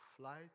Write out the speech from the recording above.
flight